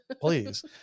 please